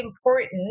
important